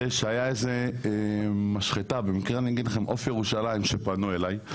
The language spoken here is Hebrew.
הייתה משחטה "עוף ירושלים" שפנו אליי,